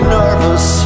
nervous